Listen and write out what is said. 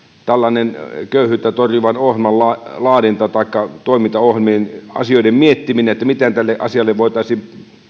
tällainen köyhyyttä torjuvan ohjelman laadinta taikka toimintaohjelmien miettiminen miten tälle asialle voitaisiin